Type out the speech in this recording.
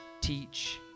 teach